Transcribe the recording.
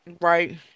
Right